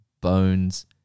Bones